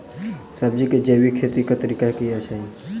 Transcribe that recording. सब्जी केँ जैविक खेती कऽ तरीका की अछि?